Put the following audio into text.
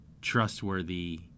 trustworthy